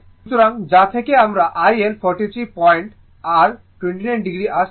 সুতরাং যা থেকে আমার IL 43 পয়েন্ট r 29 o আসছে